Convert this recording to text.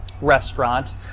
restaurant